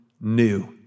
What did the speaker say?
new